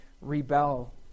rebel